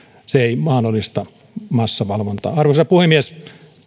se ei mahdollista massavalvontaa arvoisa puhemies